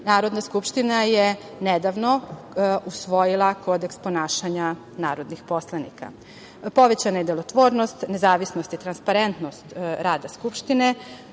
Narodna skupština je nedavno usvojila Kodeks ponašanja narodnih poslanika. Povećana je delotvornost, nezavisnost i transparentnost rada Skupštine